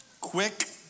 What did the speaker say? Quick